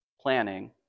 planning